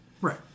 right